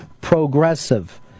progressive